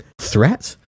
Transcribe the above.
threat